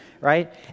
right